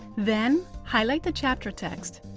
then, highlight the chapter text.